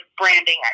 branding